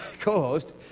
co-host